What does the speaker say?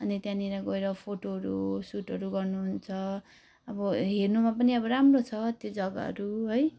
अनि त्यहाँनिर गएर फोटोहरू सुटहरू गर्नुहुन्छ अब हेर्नुमा पनि अब राम्रो छ त्यो जग्गाहरू है